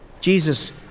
Jesus